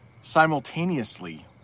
simultaneously